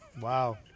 Wow